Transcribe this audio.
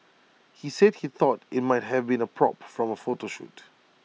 he said he thought IT might have been A prop from A photo shoot